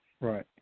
Right